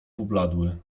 pobladły